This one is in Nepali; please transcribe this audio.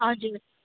हजुर